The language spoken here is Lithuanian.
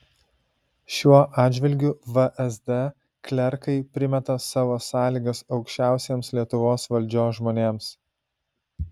šiuo atžvilgiu vsd klerkai primeta savo sąlygas aukščiausiems lietuvos valdžios žmonėms